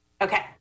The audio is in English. Okay